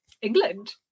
England